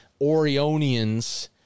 Orionians